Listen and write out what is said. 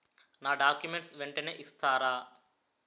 నా డాక్యుమెంట్స్ వెంటనే ఇస్తారా?